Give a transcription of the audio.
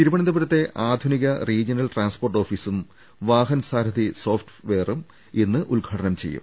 തിരുവനന്തപുരത്തെ ആധുനിക regional transport ഓഫീസും വാഹൻസാരഥി സോഫ്റ്റ് വെയറും ഇന്ന് ഉദ്ഘാടനം ചെയ്യും